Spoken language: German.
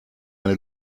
eine